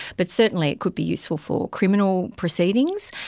but certainly it could be useful for criminal proceedings,